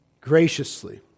graciously